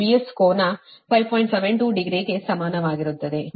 72 degree ಸಮನಾಗಿರುತ್ತದೆ ಮತ್ತು current 10